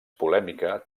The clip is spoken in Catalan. polèmica